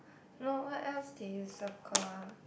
no what else did you circle ah